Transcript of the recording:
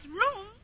room